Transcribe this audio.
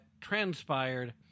transpired